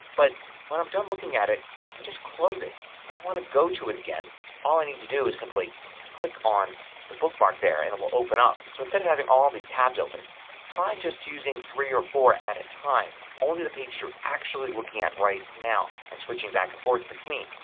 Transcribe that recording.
but when i'm done looking at it i can just close it. if i want to go to it again all i need to do is simply click on the bookmark there and it will open up. so instead of having all these tabs open try just using three or four at a time. only the pages that you're actually looking at right now and switching back and forth between.